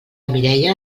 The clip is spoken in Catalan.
mireia